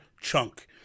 chunk